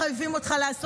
טבעי בעולם.